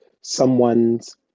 someone's